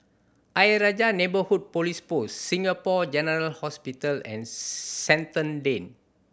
Ayer Rajah Neighbourhood Police Post Singapore General Hospital and Shenton Lane